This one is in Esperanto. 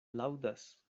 laŭdas